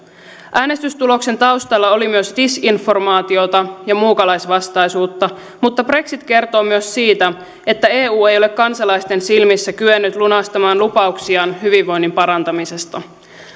äänestystuloksen taustalla oli myös disinformaatiota ja muukalaisvastaisuutta mutta brexit kertoo myös siitä että eu ei ole kansalaisten silmissä kyennyt lunastamaan lupauksiaan hyvinvoinnin parantamisesta